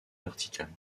verticale